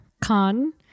khan